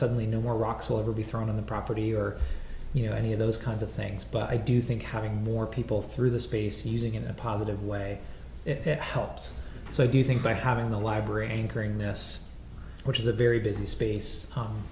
suddenly no more rocks will ever be thrown on the property or you know any of those kinds of things but i do think having more people through this space using it in a positive way it helps so do you think by having the library angriness which is a very busy space